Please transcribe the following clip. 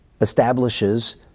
establishes